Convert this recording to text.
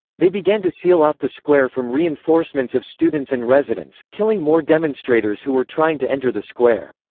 they began to seal off the square from reinforcements of students and residents, killing more demonstrators who were trying to enter the square.